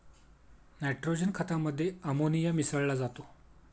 nitrogen खतामध्ये ammonia मिसळा जातो